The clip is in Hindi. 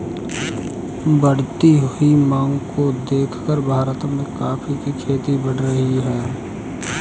बढ़ती हुई मांग को देखकर भारत में कॉफी की खेती बढ़ रही है